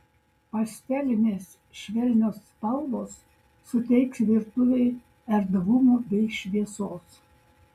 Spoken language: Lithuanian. pastelinės švelnios spalvos suteiks virtuvei erdvumo bei šviesos